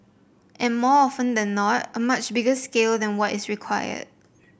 and more often than not a much bigger scale than what is required